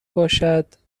باشد